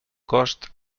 cost